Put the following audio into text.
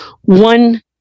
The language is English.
one